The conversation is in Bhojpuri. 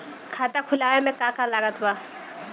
खाता खुलावे मे का का लागत बा?